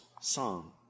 song